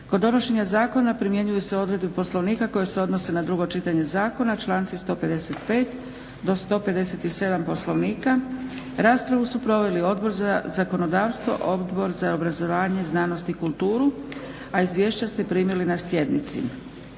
Kod donošenja zakona primjenjuju se odredbe Poslovnika koje se odnose na drugo čitanje zakona, članci 155.do 157. Poslovnika. Raspravu su proveli Odbor za zakonodavstvo, Odbor za obrazovanje, znanost i kulturu. Izvješća ste primili na sjednici.